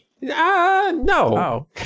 no